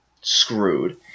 screwed